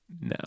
No